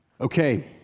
Okay